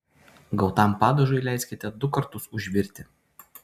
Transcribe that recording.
gautam padažui leiskite du kartus užvirti